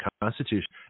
constitution